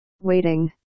waiting